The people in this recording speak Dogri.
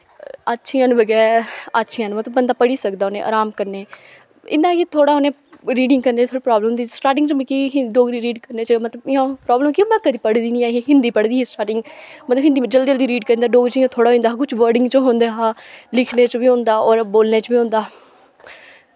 अच्छियां न बगैरा अच्छियां न मतलब बंदा पढ़ी सकदा उनें अराम कन्नै इयां ऐ कि थोह्ड़ा उ'नें रीडिंग करने दा थोह्ड़ी प्राब्लम होंदी स्टार्टिंग च मिगी डोगरी रीड करने च मतलब इ'यां प्राब्लम कि में पढ़ी दी नी ऐही हिन्दी पढ़ी दी ही स्टार्टिंग मतलब हिन्दी में जल्दी जल्दी रीड करदा डोगरी च इ'यां थोह्ड़ा होई जंदा हा कुछ वर्ड़िंग च होंदा हा लिखने च बी होंदा होर बोलने च बी होंदा